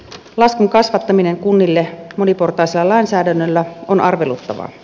laskun kasvattaminen kunnille moniportaisella lainsäädännöllä on arveluttavaa